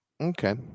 Okay